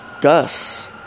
Gus